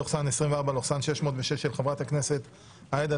פ/2457/24, של חבר הכנסת יבגני